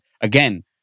again